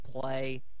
play